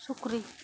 ᱥᱩᱠᱨᱤ